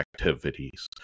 activities